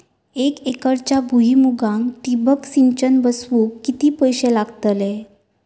एक एकरच्या भुईमुगाक ठिबक सिंचन बसवूक किती पैशे लागतले?